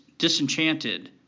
disenchanted